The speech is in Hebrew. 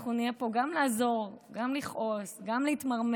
אנחנו נהיה כאן גם לעזור, גם לכעוס, גם להתמרמר.